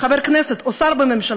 חבר כנסת או שר בממשלה,